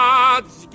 God's